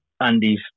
Andy's